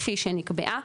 כפי שנקבעה,